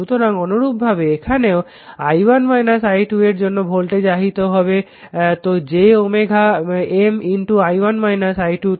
সুতরাং অনুরূপভাবে এখানেও i1 i 2 এর জন্য ভোল্টেজ আহিত হবে তো j M i1 i 2